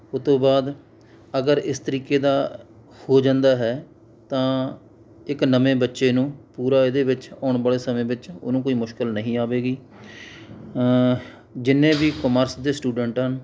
ਉਹ ਤੋਂ ਬਾਅਦ ਅਗਰ ਇਸ ਤਰੀਕੇ ਦਾ ਹੋ ਜਾਂਦਾ ਹੈ ਤਾਂ ਇੱਕ ਨਵੇਂ ਬੱਚੇ ਨੂੰ ਪੂਰਾ ਇਹਦੇ ਵਿੱਚ ਆਉਣ ਵਾਲੇ ਸਮੇਂ ਵਿੱਚ ਉਹਨੂੰ ਕੋਈ ਮੁਸ਼ਕਲ ਨਹੀਂ ਆਵੇਗੀ ਜਿੰਨੇ ਵੀ ਕੋਮਰਸ ਦੇ ਸਟੂਡੈਂਟ ਹਨ